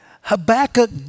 Habakkuk